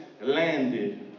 landed